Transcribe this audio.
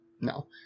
no